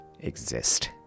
exist